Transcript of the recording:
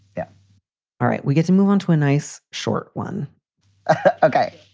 yeah all right. we get to move on to a nice short one ah ok.